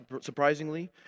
surprisingly